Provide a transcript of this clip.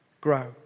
grow